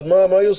אז מה היא עושה?